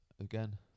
again